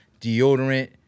deodorant